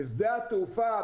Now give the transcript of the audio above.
שונה,